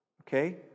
okay